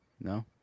no